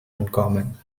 uncommon